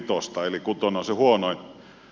kutonen on se huonoin